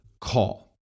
call